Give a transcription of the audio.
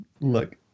Look